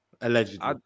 Allegedly